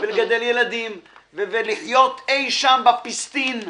ולגדל ילדים ולחיות אי שם בפיסטין.